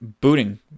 booting